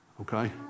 okay